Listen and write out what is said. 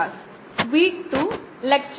2 അതിനായുള്ള സൊല്യൂഷൻ നോക്കി